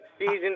season